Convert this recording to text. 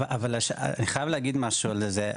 אני חייב להגיד משהו על זה,